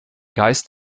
geist